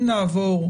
אם נעבור,